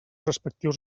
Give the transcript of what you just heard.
respectius